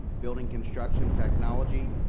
building construction technology,